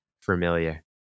familiar